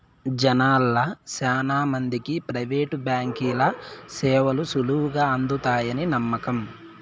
జనాల్ల శానా మందికి ప్రైవేటు బాంకీల సేవలు సులువుగా అందతాయని నమ్మకం